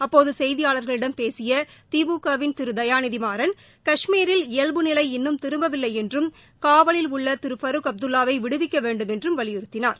அப்போது செய்தியாளர்களிடம் பேசிய திமுக வின் திரு தயாநிதிமாறன் கஷ்மீரில் இயல்பு நிலை இன்னும் திரும்பவில்லை என்றும் காவலில் உள்ள திரு ஃபரூக் அப்துல்லாவை விடுவிக்க வேண்டுமென்றும் வாலியுறுத்தினார்